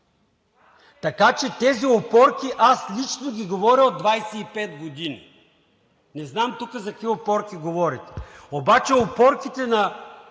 Така че тези опорки аз лично ги говоря от 25 години. Не знам тук за какви опорки говорите, обаче опорките на